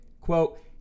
quote